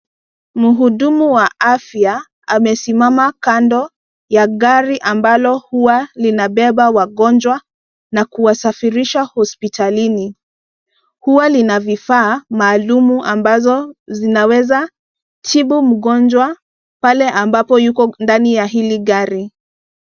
Mhudumu wa afya amesimama kando ya gari ambalo huwa linabeba wagonjwa na kuwasafirisha hospitalini. Huwa lina vifaa maalum ambazo zinaweza tibu mgonjwa pale ambapo yuko ndani ya hili gari.